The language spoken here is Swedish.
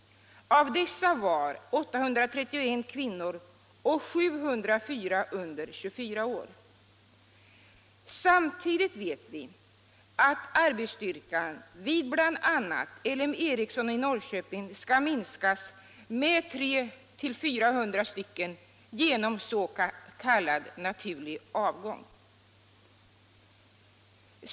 Av dessa var 831 kvinnor, och 704 var under 24 år. Samtidigt vet vi att arbetsstyrkan vid bl.a. LM Ericsson i Norrköping skall minskas med 300-400 anställda genom s.k. naturlig avgång.